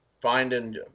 finding